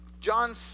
John